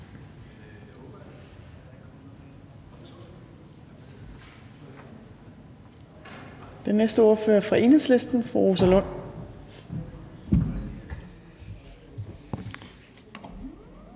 Den næste ordfører er fra Enhedslisten, fru Rosa Lund.